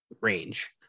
range